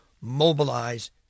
mobilize